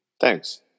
thanks